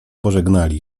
pożegnali